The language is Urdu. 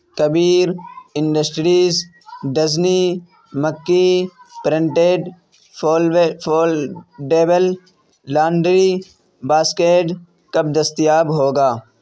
کبیر industries Disney Mickey printed foldable laundry basket کب دستیاب ہوگا